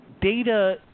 data